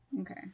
Okay